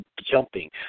jumping